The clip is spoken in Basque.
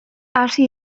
hasi